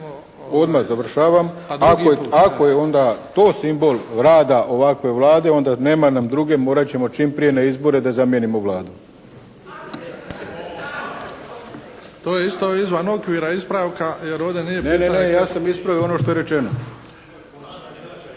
Odmah završavam. Ako je onda to simbol rada ovakve Vlade onda nema nam druge, morat ćemo čim prije na izbore da zamijenimo Vladu. **Bebić, Luka (HDZ)** To je isto izvan okvira ispravka jer ovdje nije… **Arlović, Mato (SDP)** Ne, ne. Ja sam ispravio ono što je rečeno.